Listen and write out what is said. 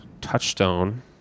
Touchstone